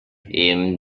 him